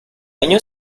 año